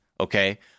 okay